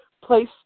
place